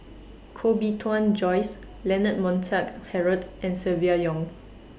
Koh Bee Tuan Joyce Leonard Montague Harrod and Silvia Yong